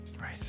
Right